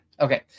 okay